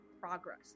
progress